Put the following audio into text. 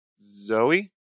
Zoe